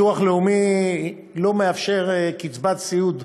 הביטוח הלאומי לא מאפשר קצבת סיעוד